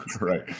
right